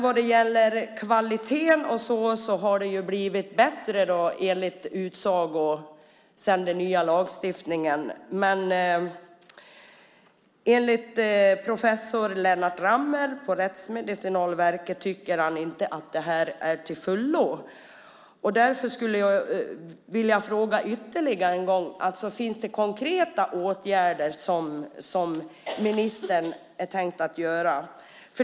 Vad gäller kvaliteten lär det ju ha blivit bättre sedan den nya lagstiftningen kom, men professor Lennart Rammer på Rättsmedicinalverket tycker inte att det här är tillfyllest. Därför skulle jag vilja fråga ytterligare en gång: Finns det konkreta åtgärder som ministern tänker vidta?